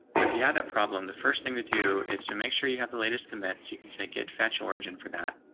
if you had that problem. the first thing to do is to make sure you have the latest convince you can say get fetch origin for that.